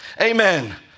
Amen